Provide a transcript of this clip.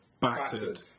battered